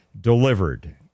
delivered